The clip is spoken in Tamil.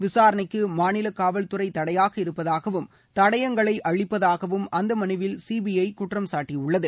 விசாரணைக்கு மாநில காவல்துறை தடையாக இருப்பதாகவும் தடயங்களை அழிப்பதாகவும் அந்த மனுவில் சிபிஐ குற்றம்சாட்டியுள்ளது